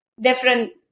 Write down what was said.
different